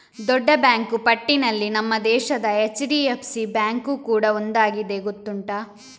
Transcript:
ದೊಡ್ಡ ಬ್ಯಾಂಕು ಪಟ್ಟಿನಲ್ಲಿ ನಮ್ಮ ದೇಶದ ಎಚ್.ಡಿ.ಎಫ್.ಸಿ ಬ್ಯಾಂಕು ಕೂಡಾ ಒಂದಾಗಿದೆ ಗೊತ್ತುಂಟಾ